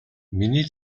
миний